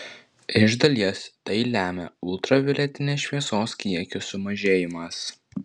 iš dalies tai lemia ultravioletinės šviesos kiekio sumažėjimas